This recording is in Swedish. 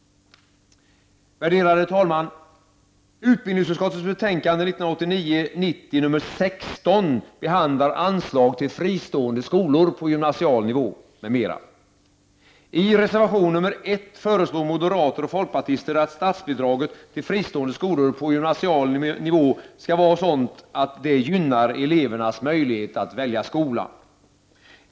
Värderade talman! Utbildningsutskottets betänkande 1989/90:UbU16 behandlar anslag till fristående skolor på gymnasial nivå m.m. I reservation nr 1 föreslår moderater och folkpartister att statsbidraget till fristående skolor på gymnasial nivå skall vara sådant att det gynnar elevernas möjligheter att välja skola.